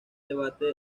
debate